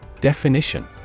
Definition